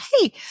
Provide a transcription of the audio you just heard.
hey